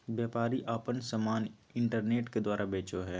व्यापारी आपन समान इन्टरनेट के द्वारा बेचो हइ